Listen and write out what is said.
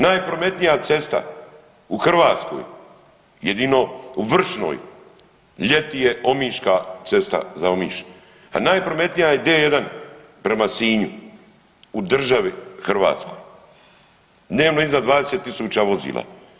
Najprometnija cesta u Hrvatskoj jedino u Vršnoj ljeti je omiška cesta za Omiš, a najprometnija je D1 prema Sinju u državi hrvatskoj dnevno iznad 20 000 vozila.